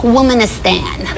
Womanistan